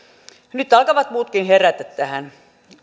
nyt alkavat muutkin herätä tähän